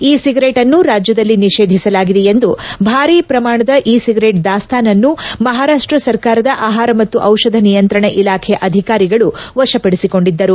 E cigarette ಅನ್ನು ರಾಜ್ಯದಲ್ಲಿ ನಿಷೇಧಿಸಲಾಗಿದೆ ಎಂದು ಭಾರಿ ಪಮಾಣದ ಇ ಸಿಗರೇಟ್ ದಾಸ್ತಾನನ್ನು ಮಹಾರಾಷ್ಷ ಸರಕಾರದ ಆಹಾರ ಮತ್ತು ಔಷಧ ನಿಯಂತ್ರಣ ಇಲಾಖೆ ಅಧಿಕಾರಿಗಳು ವಶಪಡಿಸಿಕೊಂಡಿದ್ದರು